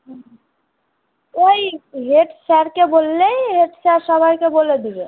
হুম ওই হেড স্যারকে বললেই হেড স্যার সবাইকে বলে দেবে